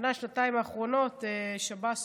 בשנה-שנתיים האחרונות שב"ס